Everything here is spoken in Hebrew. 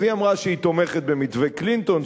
היא אמרה שהיא תומכת במתווה קלינטון,